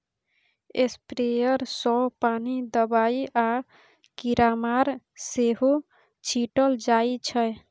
sprayer सँ पानि, दबाइ आ कीरामार सेहो छीटल जाइ छै